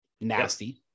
Nasty